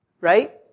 right